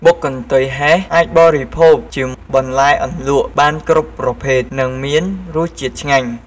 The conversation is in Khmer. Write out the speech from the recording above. បុកកន្ទុយហេះអាចបរិភោគជាបន្លែអន្លក់បានគ្រប់ប្រភេទ និងមានរសជាតិឆ្ងាញ់